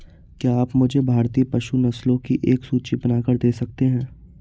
क्या आप मुझे भारतीय पशु नस्लों की एक सूची बनाकर दे सकते हैं?